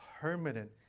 permanent